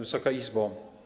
Wysoka Izbo!